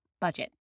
budget